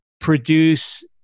produce